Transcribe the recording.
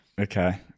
Okay